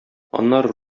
аннары